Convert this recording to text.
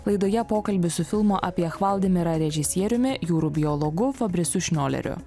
laidoje pokalbis su filmo apie hvaldimirą režisieriumi jūrų biologu fabrisiu šnioleriu